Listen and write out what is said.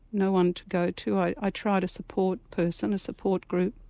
no one to go to, i i tried a support person, a support group,